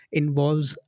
involves